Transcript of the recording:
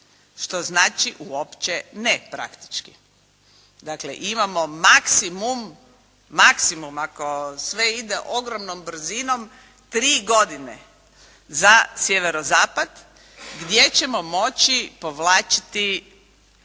što znači uopće ne praktički. Dakle imamo maksimum ako sve ide ogromnom brzinom, tri godine za sjeverozapad gdje ćemo moći povlačiti